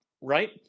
right